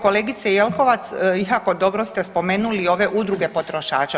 Kolegice Jelkovac, jako dobro ste spomenuli ove udruge potrošača.